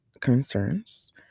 concerns